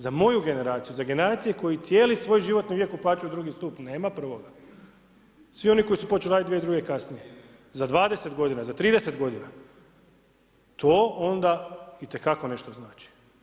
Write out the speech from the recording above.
Za moju generaciju, za generacije koje cijeli svoj životni vijek uplaćuju u drugi stup, nema prvoga, svi oni koji su počeli radi 2002. i kasnije, za 20 godina, za 30 godina, to onda itekako nešto znači.